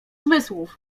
zmysłów